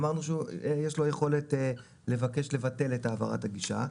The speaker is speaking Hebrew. אמרנו שיש לו יכולת לבקש לבטל את העברת הגישה.